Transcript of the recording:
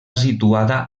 situada